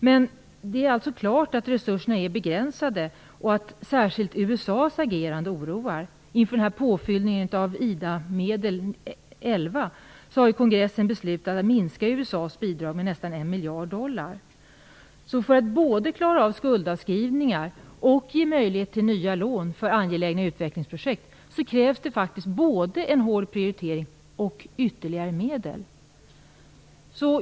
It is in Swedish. Men det är klart att lösningarna är begränsade och att särskilt USA:s agerande oroar. Inför påfyllningen av IDA-medel 11 har kongressen beslutat att minska USA:s bidrag med nästan 1 miljard dollar. För att både klara skuldavskrivningar och ge möjlighet till nya lån för angelägna utvecklingsprojekt krävs det faktiskt både en hård prioritering och ytterligare medel.